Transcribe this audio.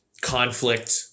conflict